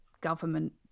government